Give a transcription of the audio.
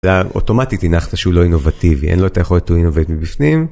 אוטומטית הנחת שהוא לא יהיה נובטיבי, אין לו את היכולת to innovate מבפנים.